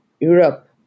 Europe